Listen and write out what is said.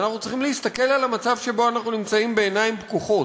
ואנחנו צריכים להסתכל על המצב שבו אנחנו נמצאים בעיניים פקוחות.